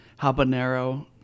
Habanero